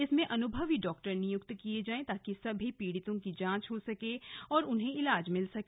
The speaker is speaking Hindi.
इसमें अनुभवी डॉक्टर नियुक्त किए जाए ताकि सभी पीड़ितों की जांच हो सके और उन्हें इलाज मिल सके